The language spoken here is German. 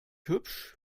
hübsch